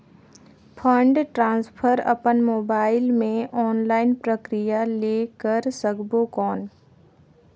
Fund transfer अपन mobile मे online प्रक्रिया ले कर सकबो कौन?